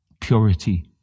purity